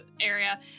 area